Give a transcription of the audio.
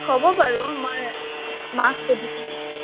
হ'ব বাৰু মই মাক সুধিকেনে